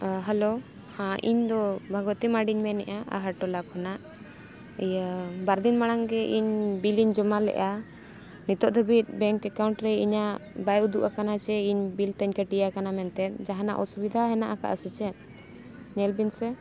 hello ᱦᱮᱸ ᱤᱧᱫᱚ ᱵᱷᱟᱜᱚᱛᱤ ᱢᱟᱨᱰᱤᱧ ᱢᱮᱱᱮᱫᱼᱟ ᱟᱦᱟᱨ ᱴᱚᱞᱟ ᱠᱷᱚᱱᱟᱜ ᱤᱭᱟᱹ ᱵᱟᱨ ᱫᱤᱱ ᱢᱟᱲᱟᱝ ᱜᱮ ᱤᱧ ᱵᱤᱞ ᱤᱧ ᱡᱚᱢᱟ ᱞᱮᱫᱼᱟ ᱱᱤᱛᱳᱜ ᱫᱷᱟᱹᱵᱤᱡ ᱵᱮᱝᱠ ᱮᱠᱟᱣᱩᱱᱴ ᱨᱮ ᱤᱧᱟᱹᱜ ᱵᱟᱭ ᱩᱫᱩᱜ ᱟᱠᱟᱱᱟ ᱡᱮ ᱤᱧ ᱵᱤᱞ ᱛᱤᱧ ᱠᱟᱴᱤ ᱟᱠᱟᱱᱟ ᱢᱮᱱᱛᱮ ᱡᱟᱦᱟᱱᱟᱜ ᱚᱥᱩᱵᱤᱫᱷᱟ ᱦᱮᱱᱟᱜ ᱟᱠᱟᱫᱟ ᱥᱮ ᱪᱮᱫ ᱧᱮᱞ ᱵᱤᱱ ᱥᱮ